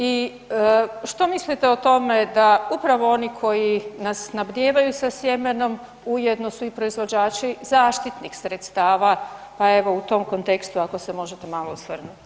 I što mislite o tome da upravo oni koji nas snabdijevaju sa sjemenom ujedno su i proizvođači zaštitnih sredstava? pP evo u tom kontekstu ako se možete malo osvrnuti.